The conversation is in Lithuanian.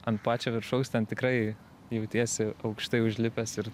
ant pačio viršaus ten tikrai jautiesi aukštai užlipęs ir